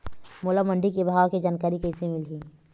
मोला मंडी के भाव के जानकारी कइसे मिलही?